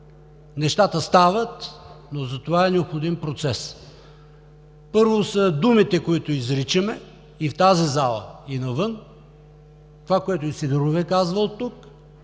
нещата стават, но за това е необходим процес. Първо са думите, които изричаме – и в тази зала, и навън. Това, което и Сидеров Ви е казвал тук,